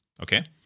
Okay